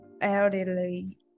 elderly